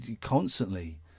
constantly